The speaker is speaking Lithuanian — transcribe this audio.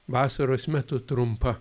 vasaros metu trumpa